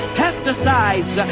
pesticides